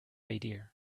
idea